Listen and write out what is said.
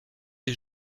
est